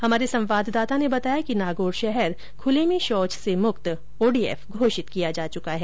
हमारे संवाददाता ने बताया कि नागौर शहर खुले में शौच से मुक्त ओडीएफ घोषित किया जा चुका है